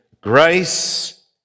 grace